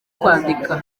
kwandika